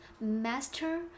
master